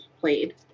played